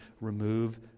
remove